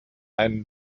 einen